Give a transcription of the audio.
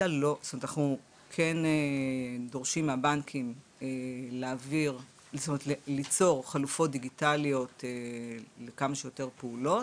שאנחנו כן דורשים מהבנקים ליצור חלופות דיגיטליות לכמה שיותר פעולות,